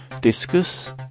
Discus